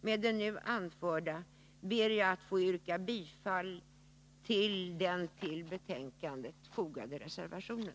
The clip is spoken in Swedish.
Med det anförda ber jag att få yrka bifall till den vid betänkandet fogade reservationen.